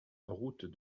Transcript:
route